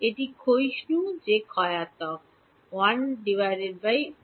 এটি ক্ষয়িষ্ণু যে ক্ষয়াত্মক হয়